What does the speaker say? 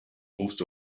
most